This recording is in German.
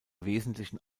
wesentlichen